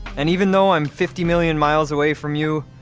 and even though i'm fifty million miles away from you,